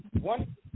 one